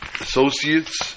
associates